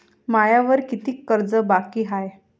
मायावर कितीक कर्ज बाकी हाय?